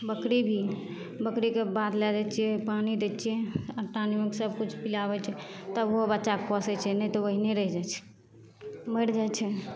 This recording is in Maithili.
बकरी भी बकरीके बाध लै जाइ छिए पानि दै छिए आटा निम्मक सबकिछु पिआबै छिए तब ओहो बच्चाके पोसै छै नहि तऽ ओहिने रहि जाए छै मरि जाए छै